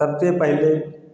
सबसे पहले